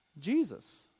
Jesus